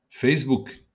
Facebook